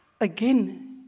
again